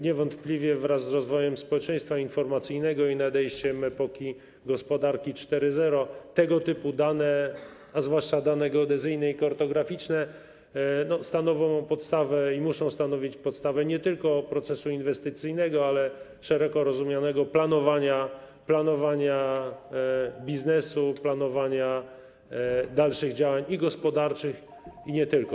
Niewątpliwie wraz z rozwojem społeczeństwa informacyjnego i nadejściem epoki gospodarki 4.0 tego typu dane, zwłaszcza dane geodezyjne i kartograficzne, stanowią i muszą stanowić podstawę nie tylko procesu inwestycyjnego, ale także szeroko rozumianego planowania biznesu, planowania dalszych działań gospodarczych i nie tylko.